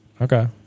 Okay